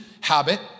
habit